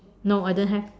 no I don't have